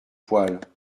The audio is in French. poêles